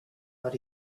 but